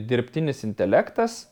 dirbtinis intelektas